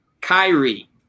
Kyrie